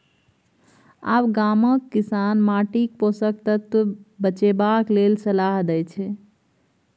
आब गामक किसान माटिक पोषक तत्व बचेबाक लेल सलाह दै छै